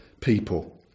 people